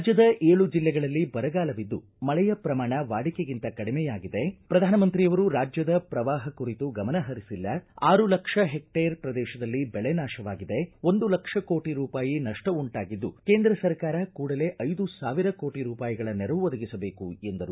ರಾಜ್ವದ ಗ ಜಲ್ಲೆಗಳಲ್ಲಿ ಬರಗಾಲವಿದ್ದು ಮಳೆಯ ಪ್ರಮಾಣ ವಾಡಿಕೆಗಿಂತ ಕಡಿಮೆಯಾಗಿದೆ ಪ್ರಧಾನಮಂತ್ರಿಯವರು ರಾಜ್ಯದ ಪ್ರವಾಹ ಕುರಿತು ಗಮನ ಪರಿಸಿಲ್ಲ ಆರು ಲಕ್ಷ ಹೆಕ್ಟೇರ್ ಪ್ರದೇಶದಲ್ಲಿ ಬೆಳೆ ನಾಶವಾಗಿದೆ ಒಂದು ಲಕ್ಷ ಕೋಟಿ ರೂಪಾಯಿ ನಷ್ಟ ಉಂಟಾಗಿದ್ದು ಕೇಂದ್ರ ಸರ್ಕಾರ ಕೂಡಲೇ ಐದು ಸಾವಿರ ಕೋಟಿ ರೂಪಾಯಿಗಳ ನೆರವು ಒದಗಿಸಬೇಕು ಎಂದರು